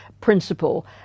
principle